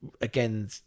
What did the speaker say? again